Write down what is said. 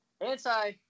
anti